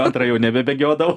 antrą jau nebebėgiodavau